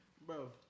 Bro